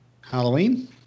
halloween